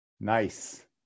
Nice